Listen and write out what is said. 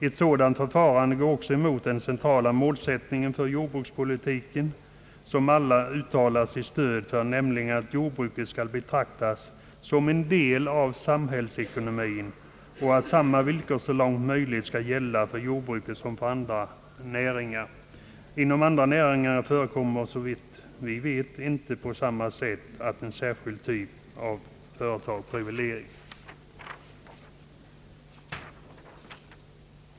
Ett sådant förfarande går också emot den centrala målsättningen för jordbrukspolitiken som alla uttalat sitt stöd för, nämligen att jordbruket skall betraktas som en del av samhällsekonomin och att samma villkor så långt möjligt skall gälla för jordbruket som för andra näringar. Inom andra näringar förekommer såvitt vi vet inte på samma sätt att en särskild typ av företag privilegieras.